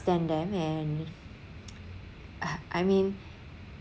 stand them and I I mean